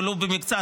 ולו במקצת,